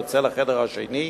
יוצא לחדר השני.